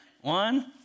one